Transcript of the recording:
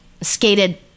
skated